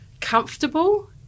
comfortable